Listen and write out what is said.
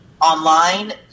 online